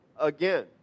again